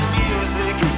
music